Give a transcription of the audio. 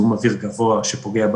קו טבעתי,